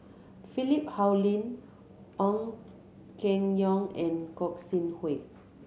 Philip Hoalim Ong Keng Yong and Gog Sing Hooi